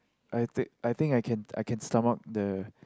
I think I think I can I can sum up the